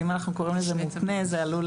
ואם אנחנו קוראים לזה מותנה זה עלול